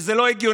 וזה לא הגיוני.